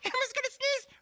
elmo's gonna sneeze.